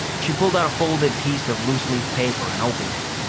she pulled out a folded piece of loose-leaf paper and opened it.